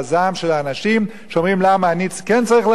שאומרים: למה אני כן צריך ללכת ואתה לא?